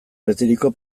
beteriko